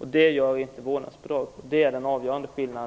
Det gör inte vårdnadsbidraget. Det är den avgörande skillnaden.